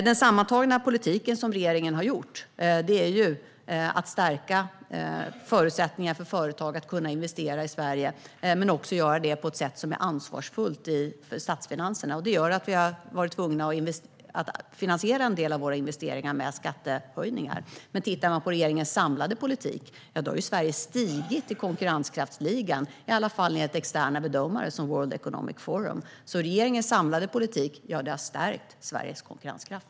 Den sammantagna politik som regeringen för är att stärka förutsättningarna för företag att kunna investera i Sverige och att göra det på ett sätt som är ansvarsfullt för statsfinanserna. Detta har gjort att vi har varit tvungna att finansiera en del av våra investeringar med skattehöjningar. Om man tittar på Sveriges samlade politik har vi stigit i konkurrenskraftsligan, i alla fall enligt externa bedömare som World Economic Forum. Regeringens samlade politik har alltså stärkt Sveriges konkurrenskraft.